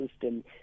system